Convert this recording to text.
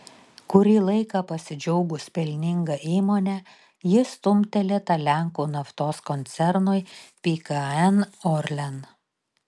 kurį laiką pasidžiaugus pelninga įmone ji stumtelėta lenkų naftos koncernui pkn orlen